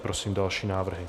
Teď prosím další návrhy.